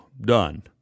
Done